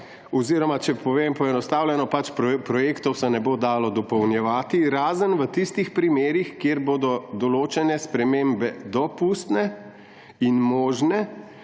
oziroma če povem poenostavljeno, pač, projektov se ne bo dalo dopolnjevati, razen v tistih primerih, kjer bodo določene spremembe dopustne in možne,